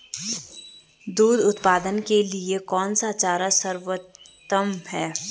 दूध उत्पादन के लिए कौन सा चारा सर्वोत्तम है?